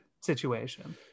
situation